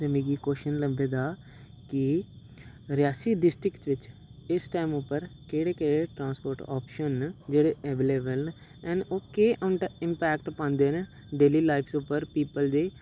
ते मिगी क्वेश्चन लब्भे दा कि रियासी डिस्ट्रिक्ट बिच्च इस टैम उप्पर केह्ड़े केह्ड़े ट्रांसपोर्ट ऑप्शन न जेह्ड़े अवेलेबल न एंड ओह् केह् इम्पैक्ट पांदे न डेली लाइफ दे उप्पर पीपल दी